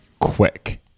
quick